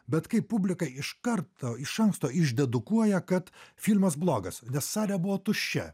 bet kai publika iš karto iš anksto iš dedukuoja kad filmas blogas nes salė buvo tuščia